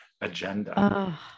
agenda